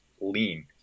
lean